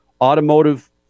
automotive